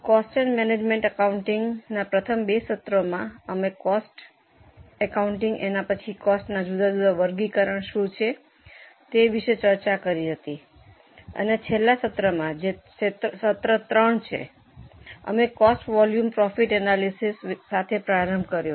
cost and management accounting પ્રથમ બે સત્રોમાં અમે કોસ્ટ હિસાબ એના પછી કોસ્ટનાં જુદાં જુદાં વર્ગીકરણ શું છે તે વિશે ચર્ચા કરી હતી અને છેલ્લા સત્રમાં જે સત્ર 3 છે અમે કોસ્ટ વોલ્યુમ પ્રોફિટ એનાલિસિસ સાથે પ્રારંભ કર્યો